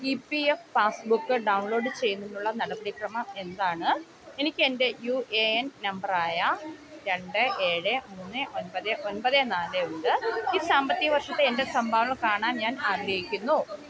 E P F passbook download ചെയ്യുന്നതിനുള്ള നടപടിക്രമം എന്താണ് എനിക്ക് എൻ്റെ യു എ എൻ നമ്പർ ആയ രണ്ട് ഏഴ് മൂന്ന് ഒമ്പത് ഒമ്പത് നാല് ഉണ്ട് ഈ സാമ്പത്തിക വർഷത്തെ എൻ്റെ സംഭാവനകൾ കാണാൻ ഞാൻ ആഗ്രഹിക്കുന്നു